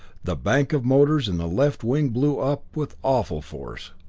the bank of motors in the left wing blew up with awful force.